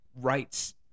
rights